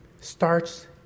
starts